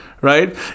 right